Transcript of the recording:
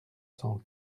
cent